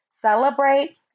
celebrate